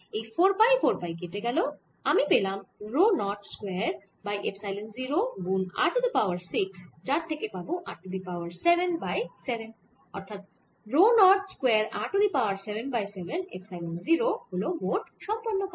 এই 4 pi 4 pi কেটে গেল আমি পেলাম রো 0 স্কয়ার বাই এপসাইলন 0 গুন r টু দি পাওয়ার 6 যার থেকে পাবো r to the power 7 by 7 অর্থাৎ rho 0 square r to the power 7 by 7 epsilon 0 হল মোট সম্পন্ন কাজ